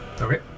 okay